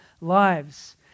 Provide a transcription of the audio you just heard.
lives